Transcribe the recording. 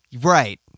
Right